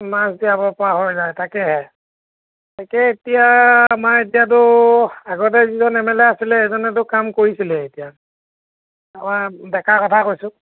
মাছ জিয়াব পৰা হৈ যায় তাকেহে তাকে এতিয়া আমাৰ এতিয়াতো আগতে যিজন এম এল এ আছিলে সেইজনেতো কাম কৰিছিলে এতিয়া ডেকা কথা কৈছোঁ